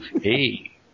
Hey